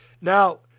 Now